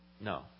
No